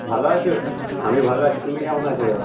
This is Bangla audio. ভালো আছো আমি ভালো আছি তুমি কেমন আছো